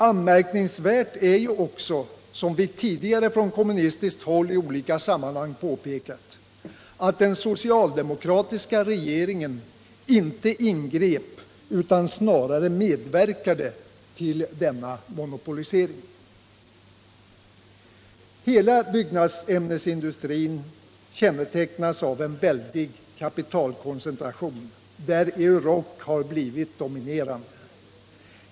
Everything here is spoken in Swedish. Anmärkningsvärt är ju också, som vi tidigare från kommunistiskt håll i olika sammanhang påpekat, att den socialdemokratiska regeringen inte ingrep utan snarare medverkade till denna monopolisering. Hela byggämnesindustrin kännetecknas av en väldig kapitalkoncentration, där Euroc har blivit dominerande.